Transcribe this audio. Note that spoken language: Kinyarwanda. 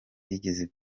byigeze